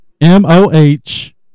M-O-H